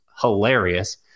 hilarious